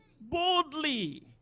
Boldly